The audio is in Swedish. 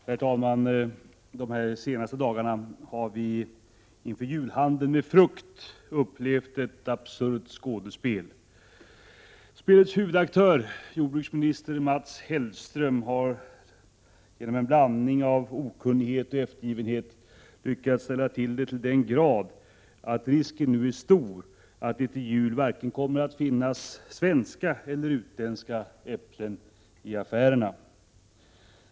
Herr talman! De senaste dagarna har vi inför julhandeln med frukt upplevt ett absurt skådespel. Spelets huvudaktör, jordbruksminister Mats Hellström, har genom en blandning av okunnighet och eftergivenhet lyckats ställa till det så till den grad att risken nu är stor att det till jul varken kommer att finnas svenska eller utländska äpplen i affärerna.